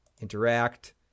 Interact